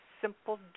simple